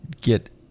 get